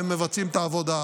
והם מבצעים את העבודה.